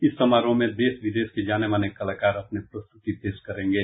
इस समारोह में देश के जाने माने कलाकार अपने प्रस्तुति पेश करेंगे